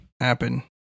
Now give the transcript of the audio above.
Happen